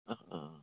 অঁ